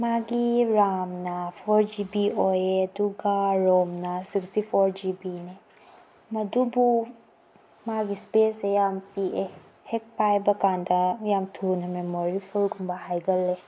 ꯃꯥꯒꯤ ꯔꯥꯝꯅ four G B ꯑꯣꯏꯌꯦ ꯑꯗꯨꯒ ꯔꯣꯝꯅ ꯁꯤꯛꯁꯇꯤ ꯐꯣꯔ ꯖꯤ ꯕꯤꯅꯤ ꯃꯗꯨꯕꯨ ꯃꯥꯒꯤ ꯁ꯭ꯄꯦꯁꯁꯦ ꯌꯥꯝ ꯄꯤꯛꯑꯦ ꯍꯦꯛ ꯄꯥꯏꯕꯀꯥꯟꯗ ꯌꯥꯝ ꯊꯨꯅ ꯃꯦꯃꯣꯔꯤ ꯐꯨꯜꯒꯨꯝꯕ ꯍꯥꯏꯒꯜꯂꯦ